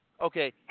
Okay